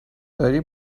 داری